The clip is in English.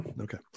Okay